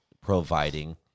providing